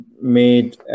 made